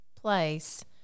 place